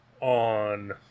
on